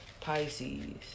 Pisces